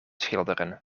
schilderen